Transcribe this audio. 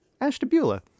Ashtabula